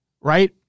right